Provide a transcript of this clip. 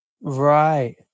Right